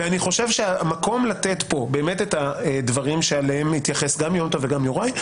אני חושב שהמקום לתת פה את הדברים שאליהם התייחסו יום טוב ויוראי,